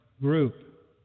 group